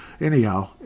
Anyhow